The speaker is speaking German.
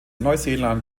neuseeland